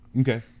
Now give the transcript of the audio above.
Okay